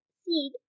seed